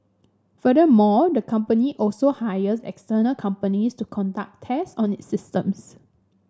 furthermore the company also hires external companies to conduct test on its systems